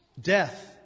Death